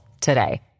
today